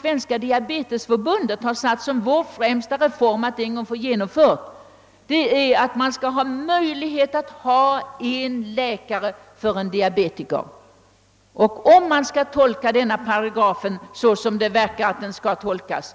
Svenska diabetesförbundet bar satt som sitt främsta önskemål att varje diabetiker skall få möjlighet att bli hänvisad till en och samma läkare. Om man skall tolka 29 § på det sätt som propositionen anger, att den skall tolkas,